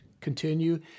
continue